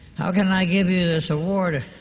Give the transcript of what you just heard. how can i give you this award,